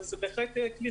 וזה בהחלט כלי